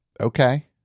Okay